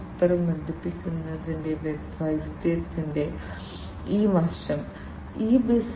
ഒരൊറ്റ സെൻസർ നോഡിൽ അളക്കുന്ന ഡാറ്റ ആശയവിനിമയം നടത്തുക ഡാറ്റ കാലിബ്രേറ്റ് ചെയ്യുക തുടർന്ന് ഡാറ്റയ്ക്ക് നഷ്ടപരിഹാരം നൽകുക